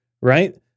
right